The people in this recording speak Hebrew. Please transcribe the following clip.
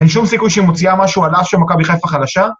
אין שום סיכוי שהיא מוציאה משהו על אף שמכבי חיפה חלשה?